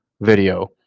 video